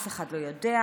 אף אחד לא יודע.